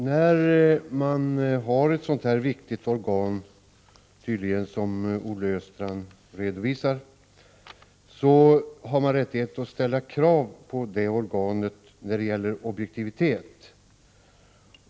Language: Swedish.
Herr talman! När det gäller redovisning från ett så viktigt organ som det som Olle Östrand här diskuterar har man rättighet att ställa krav på objektivitet.